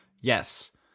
Yes